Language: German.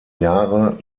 jahre